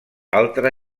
altra